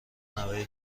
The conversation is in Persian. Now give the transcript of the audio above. نوه